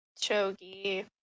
Chogi